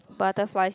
butterflies